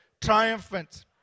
triumphant